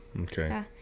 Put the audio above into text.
okay